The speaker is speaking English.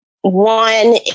one